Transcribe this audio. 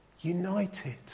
united